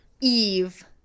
Eve